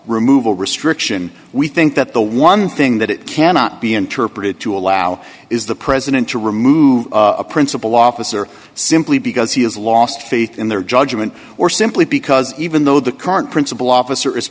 removal restriction we think that the one thing that it cannot be interpreted to allow is the president to remove a principle officer simply because he has lost faith in their judgment or simply because even though the current principle officer